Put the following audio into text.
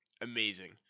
amazing